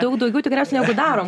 daug daugiau tikriausiai negu darom